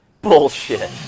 Bullshit